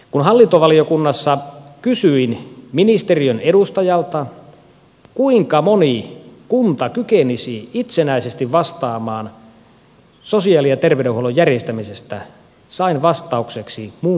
kun hallintovaliokunnassa kysyin ministeriön edustajalta kuinka moni kunta kykenisi itsenäisesti vastaamaan sosiaali ja terveydenhuollon järjestämisestä sain vastaukseksi muun muassa seuraavaa